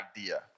idea